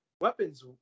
weapons